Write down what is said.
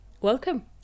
Welcome